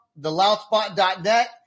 theloudspot.net